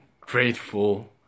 grateful